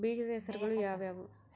ಬೇಜದ ಹೆಸರುಗಳು ಯಾವ್ಯಾವು?